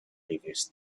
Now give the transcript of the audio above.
previous